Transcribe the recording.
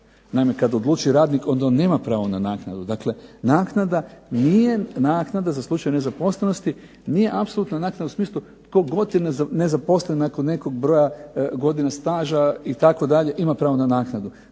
Naime, kad odluči radnik onda on nema pravo na naknadu. Dakle naknada nije naknada za slučaj nezaposlenosti, nije apsolutna naknada u smislu tko god je nezaposlen nakon nekog broj godina staža itd. ima pravo na naknadu.